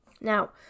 Now